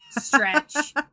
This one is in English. stretch